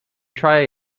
try